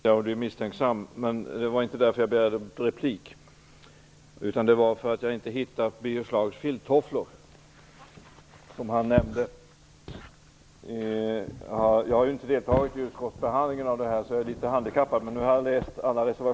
Herr talman! Jag fick så mycket beröm för en stund sedan att jag blev litet misstänksam. Men det var inte därför jag begärde replik. Jag har inte hittat Birger Schlaugs filttofflor, som han nämnde. Jag har ju inte deltagit i utskottsbehandlingen av detta så jag är litet handikappad.